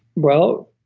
well,